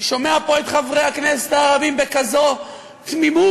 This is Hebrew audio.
שומע פה את חברי הכנסת הערבים בכזאת תמימות,